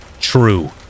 True